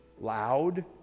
loud